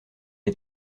est